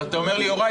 אתה אומר לי: יוראי,